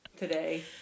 Today